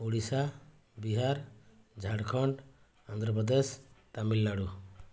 Odisha Bihar Jharkhand Andhra Pradesh Tamil Nadu